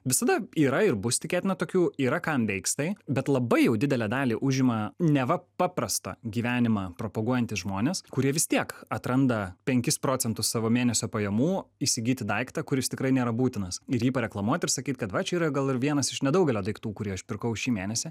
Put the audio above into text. visada yra ir bus tikėtina tokių yra kam veiks tai bet labai jau didelę dalį užima neva paprastą gyvenimą propaguojantys žmonės kurie vis tiek atranda penkis procentus savo mėnesio pajamų įsigyti daiktą kuris tikrai nėra būtinas ir jį pareklamuot ir sakyt kad va čia yra gal ir vienas iš nedaugelio daiktų kurį aš pirkau šį mėnesį